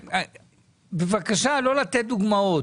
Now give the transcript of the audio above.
בבקשה לא לתת דוגמאות.